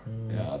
mm